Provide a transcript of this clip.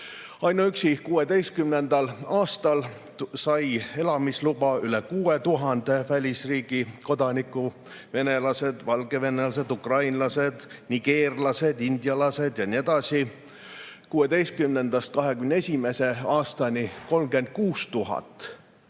Ainuüksi 2016. aastal sai elamisloa üle 6000 välisriigi kodaniku: venelased, valgevenelased, ukrainlased, nigeerlased, indialased jne. 2016.–2021. aastani sai